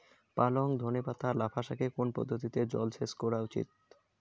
পালং ধনে পাতা লাফা শাকে কোন পদ্ধতিতে জল সেচ করা উচিৎ?